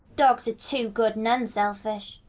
dogs are too good and unselfish.